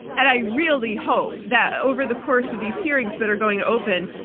and i really hope that over the course of these hearings that are going to open,